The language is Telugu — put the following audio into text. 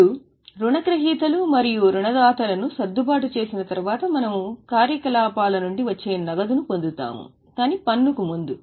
ఇప్పుడు రుణగ్రహీతలు మరియు రుణదాతలను సర్దుబాటు చేసిన తరువాత మనము కార్యకలాపాల నుండి వచ్చే నగదును పొందుతాము కాని పన్నుకు ముందు